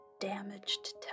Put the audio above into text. damaged